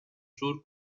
sur